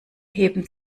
heben